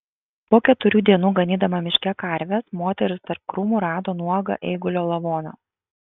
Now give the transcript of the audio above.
po keturių dienų ganydama miške karves moteris tarp krūmų rado nuogą eigulio lavoną